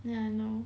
ya I know